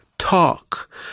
talk